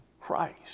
Christ